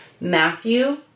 Matthew